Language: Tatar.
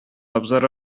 абзар